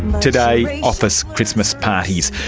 today, office christmas parties,